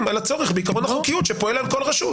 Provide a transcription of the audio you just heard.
על הצורך בעיקרון החוקיות שפועל על כל רשות.